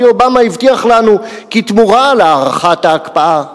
אובמה הבטיח לנו כתמורה על הארכת ההקפאה,